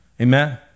Amen